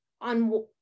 on